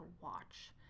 watch